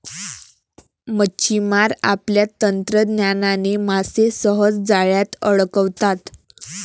मच्छिमार आपल्या तंत्रज्ञानाने मासे सहज जाळ्यात अडकवतात